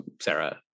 Sarah